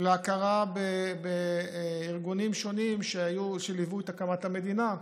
להכרה בארגונים שונים שליוו את הקמת המדינה,